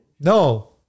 No